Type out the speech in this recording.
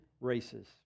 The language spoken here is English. races